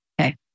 Okay